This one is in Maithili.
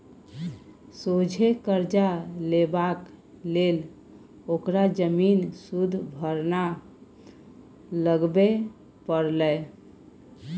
सोझे करजा लेबाक लेल ओकरा जमीन सुदभरना लगबे परलै